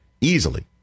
easily